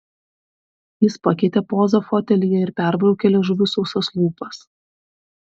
jis pakeitė pozą fotelyje ir perbraukė liežuviu sausas lūpas